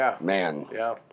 man